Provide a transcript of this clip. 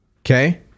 Okay